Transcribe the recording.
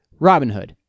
Robinhood